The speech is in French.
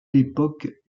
l’époque